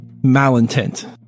malintent